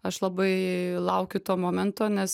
aš labai laukiu to momento nes